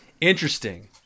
Interesting